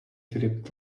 filip